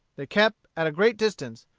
they kept at a great distance,